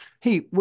Hey